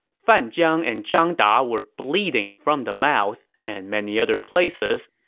fan jiang and zhang da were bleeding from the mouth, and many other places,